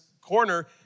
corner